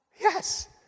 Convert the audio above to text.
yes